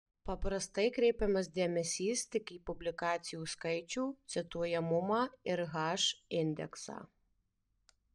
paprastai kreipiamas dėmesys tik į publikacijų skaičių cituojamumą ir h indeksą